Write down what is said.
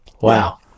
Wow